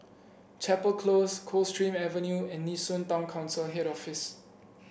Chapel Close Coldstream Avenue and Nee Soon Town Council Head Office